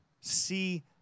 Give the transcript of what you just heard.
see